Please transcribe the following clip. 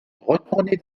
retournée